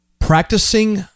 Practicing